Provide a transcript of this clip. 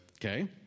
Okay